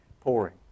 pouring